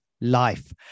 life